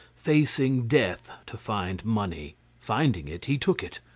facing death to find money finding it, he took it,